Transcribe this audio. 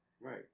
Right